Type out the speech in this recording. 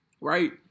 Right